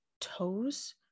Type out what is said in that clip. toes